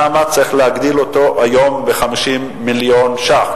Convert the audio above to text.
למה צריך להגדיל אותו היום ב-50 מיליון שקל?